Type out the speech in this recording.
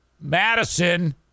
Madison